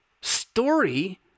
story